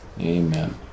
Amen